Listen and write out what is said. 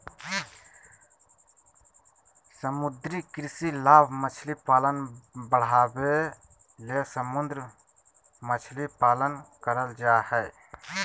समुद्री कृषि लाभ मछली पालन बढ़ाबे ले समुद्र मछली पालन करल जय हइ